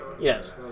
Yes